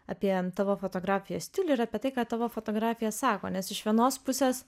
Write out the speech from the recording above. apie tavo fotografijos stilių ir apie tai ką tavo fotografija sako nes iš vienos pusės